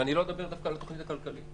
ואני לא אדבר דווקא על התוכנית הכלכלית.